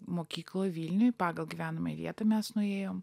mokykloj vilniuj pagal gyvenamąją vietą mes nuėjom